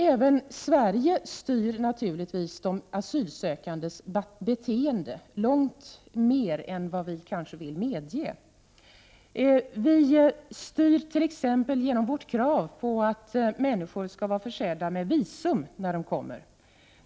Även vi i Sverige styr naturligtvis de asylsökandes beteende långt mer än vad vi kanske vill medge. Vi styr människor t.ex. genom vårt krav på att de skall vara försedda med visum när de kommer till Sverige.